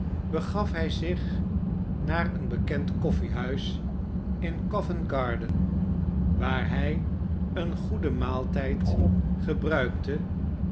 begaf hij zich naar een bekend koffiehuis in covent-garden waar hij een gqeden maaltijd gebruikte